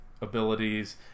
abilities